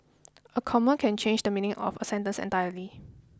a comma can change the meaning of a sentence entirely